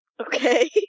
Okay